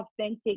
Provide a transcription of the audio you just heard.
authentic